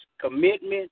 commitment